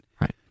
Right